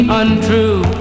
untrue